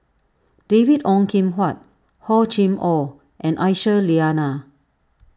David Ong Kim Huat Hor Chim or and Aisyah Lyana